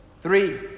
Three